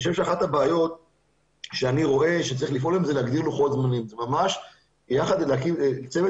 אני חושב שצריך להגדיר לוחות זמנים ולהקים צוות